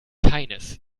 keines